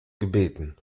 gebeten